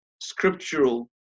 scriptural